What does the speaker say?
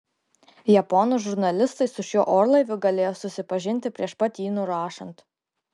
japonų žurnalistai su šiuo orlaiviu galėjo susipažinti prieš pat jį nurašant